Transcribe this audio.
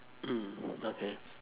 mm okay